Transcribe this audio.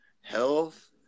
health